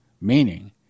Meaning